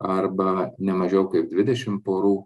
arba ne mažiau kaip dvidešim porų